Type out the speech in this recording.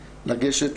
לגשת,